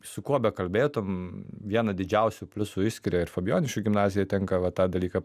su kuo bekalbėtum vieną didžiausių pliusų išskiria ir fabijoniškių gimnazijai tenka va tą dalyką